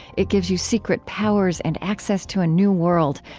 it gives you secret powers and access to a new world,